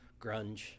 grunge